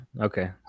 okay